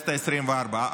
בכנסת העשרים-וארבע.